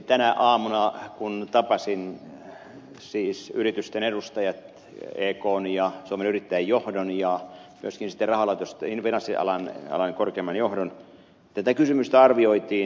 tänä aamuna kun tapasin yritysten edustajat ekn ja suomen yrittäjien johdon ja myöskin finanssialan korkeimman johdon tätä kysymystä arvioitiin